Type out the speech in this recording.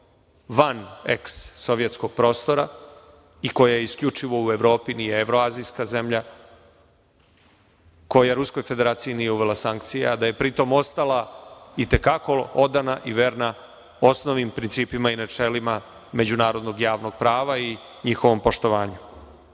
van eks sovjetskog prostora i koja je isključivo u Evropi, nije evro-azijska zemlja, koja Ruskoj Federaciji nije uvela sankcije, a da je pri tom ostala i te kako odana i verna osnovnim principima i načelima međunarodnog javnog prava i njihovom poštovanju. Srbija